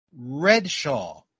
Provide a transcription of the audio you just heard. Redshaw